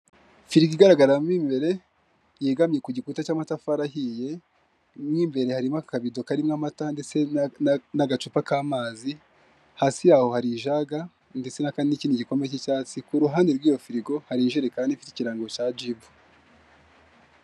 Firigo igaragaramo imbere, yegamye ku gikuta cy'amatafari ahiye, mo imbere harimo akabido karimo amata ndetse n'agacupa k'amazi, hasi yaho hari ijaga ndetse n'ikindi gikombe cy'icyatsi, ku ruhande rw'iyo firigo hari ijerikani ifite ikirango cya Jibu.